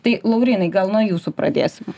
tai laurynai gal nuo jūsų pradėsim